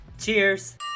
Cheers